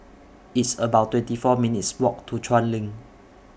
It's about twenty four minutes' Walk to Chuan LINK